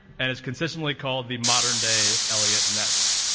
and is consistently called the modern day elliott ness.